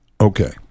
Okay